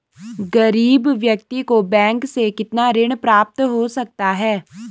गरीब व्यक्ति को बैंक से कितना ऋण प्राप्त हो सकता है?